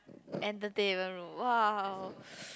entertainment room !woah!